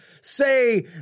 say